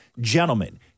Gentlemen